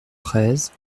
treize